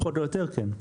פחות או יותר, כן.